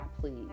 please